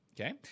okay